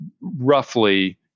roughly